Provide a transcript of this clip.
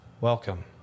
Welcome